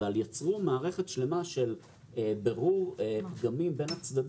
אבל יצרו מערכת שלמה של בירור פגמים בין הצדדים